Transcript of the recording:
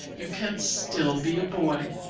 you can still be a boy.